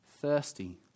thirsty